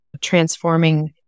transforming